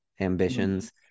ambitions